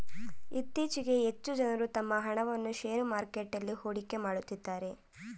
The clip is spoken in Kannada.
ಇತ್ತೀಚೆಗೆ ಹೆಚ್ಚು ಜನರು ತಮ್ಮ ಹಣವನ್ನು ಶೇರು ಮಾರುಕಟ್ಟೆಯಲ್ಲಿ ಹೂಡಿಕೆ ಮಾಡುತ್ತಿದ್ದಾರೆ